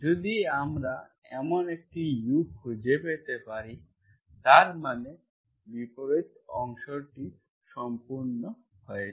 যদি আমরা এমন একটি u খুঁজে পেতে পারি তার মানে বিপরীত অংশটি সম্পন্ন হয়েছে